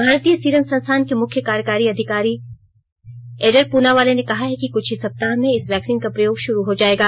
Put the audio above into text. भारतीय सीरम संस्थान के मुख्य कार्यकारी अधिकारी एडर प्रनावाला ने कहा है कि कुछ ही सप्ताह में इस वैक्सीन का प्रयोग शुरू हो जाएगा